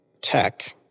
Tech